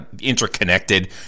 interconnected